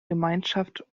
gemeinschaft